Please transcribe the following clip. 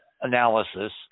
analysis